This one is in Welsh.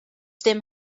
dim